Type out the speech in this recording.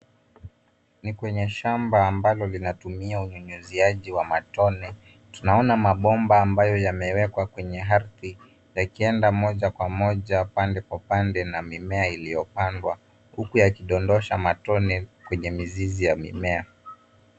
Ni kwenye shamba ambalo linatumia unyunyuziaji wa matone. Tunaona mabomba ambayo yamewekwa kwenye ardhi na ikienda moja kwa moja, pande kwa pande, na mimea iliyopandwa huku yakindondosha matone kwenye mizizi ya mimea.